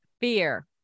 Fear